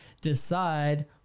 decide